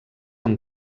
amb